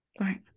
Right